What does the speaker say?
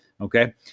Okay